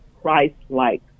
Christ-like